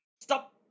Stop